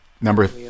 Number